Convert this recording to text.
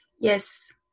Yes